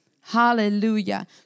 Hallelujah